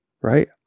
Right